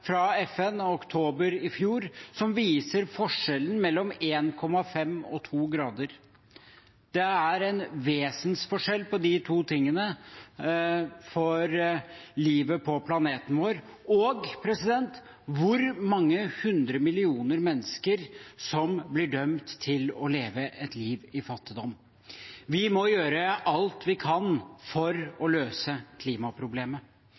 fra FN i oktober i fjor, som viser forskjellen mellom 1,5 og 2 grader. Det er en vesensforskjell mellom de to når det gjelder livet på planeten vår, og hvor mange hundre millioner mennesker som blir dømt til å leve et liv i fattigdom. Vi må gjøre alt vi kan for å løse klimaproblemet.